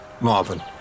Marvin